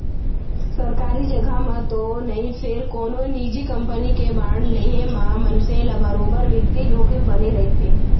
सरकारी जघा म तो नई फेर कोनो निजी कंपनी के बांड लेहे म मनसे ल बरोबर बित्तीय जोखिम बने रइथे